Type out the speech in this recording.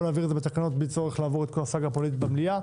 בואו נעביר את זה בתקנות בלי צורך לעבור את כל הסאגה הפוליטית במליאה,